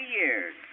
years